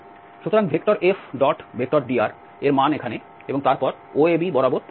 সুতরাং F⋅dr এর মান এখানে এবং তারপর OAB বরাবর প্রদত্ত